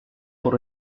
por